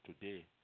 today